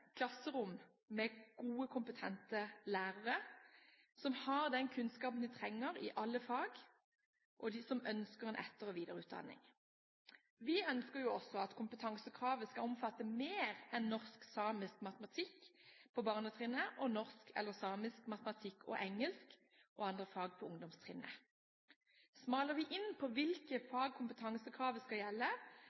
klasserom med gode, kompetente lærere, som har den kunnskapen de trenger i alle fag, og dem som ønsker en etter- og videreutdanning. Vi ønsker også at kompetansekravet skal omfatte mer enn norsk, samisk og matematikk på barnetrinnet, og norsk eller samisk, matematikk og engelsk og andre fag på ungdomstrinnet. Smaler vi inn på hvilke fag kompetansekravet skal gjelde,